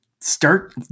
start